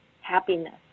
happiness